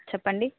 చెప్పండి